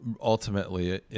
ultimately